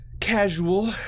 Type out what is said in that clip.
casual